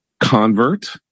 convert